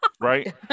Right